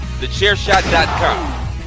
TheChairShot.com